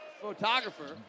photographer